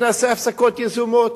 נעשה הפסקות יזומות.